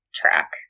track